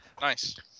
Nice